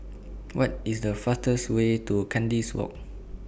What IS The fastest Way to Kandis Walk